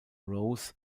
rose